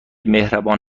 مهربان